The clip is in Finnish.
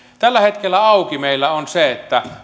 tällä hetkellä auki meillä on se